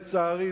לצערי,